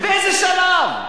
באיזה שלב?